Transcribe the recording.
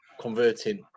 converting